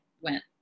went